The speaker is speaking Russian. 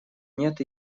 нет